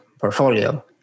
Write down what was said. portfolio